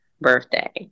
birthday